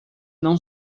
não